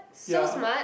so smart